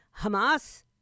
Hamas